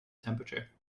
temperature